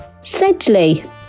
Sedley